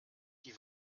die